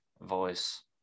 voice